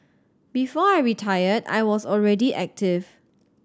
before I retired I was already active